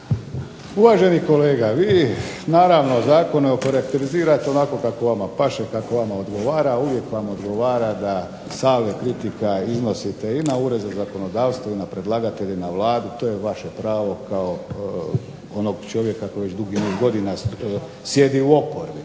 Uvaženi kolega, vi zakone naravno okarakterizirate onako kako vama paše, kako vama odgovara. Uvijek vam odgovara da Sabor kritika iznosite i na Ured za zakonodavstvo i na predlagatelje i na Vladu, to je vaše pravo kao onog čovjeka koji već dugi niz godina sjedi u oporbi.